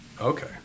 Okay